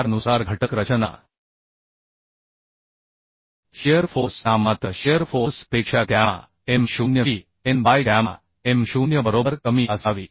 4 नुसार घटक रचना शिअर फोर्स नाममात्र शिअर फोर्स पेक्षा gamma m 0 vn by gamma m 0 बरोबर कमी असावी